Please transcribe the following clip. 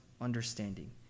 understanding